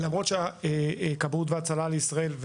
למרות שכבאות הצלה לישראל,